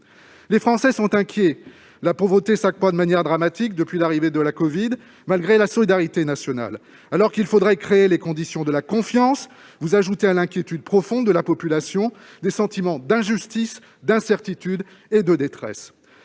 Les Français sont inquiets. La pauvreté s'accroît de manière dramatique depuis l'arrivée de la covid, malgré la solidarité nationale. Alors qu'il faudrait créer les conditions de la confiance, vous ajoutez à l'inquiétude profonde de la population des sentiments d'injustice, d'incertitude et de détresse.